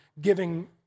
giving